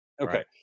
Okay